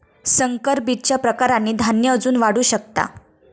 संकर बीजच्या प्रकारांनी धान्य अजून वाढू शकता